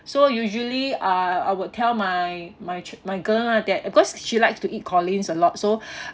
so usually I I would tell my my chil~ my girl lah that because she likes to eat collin's a lot so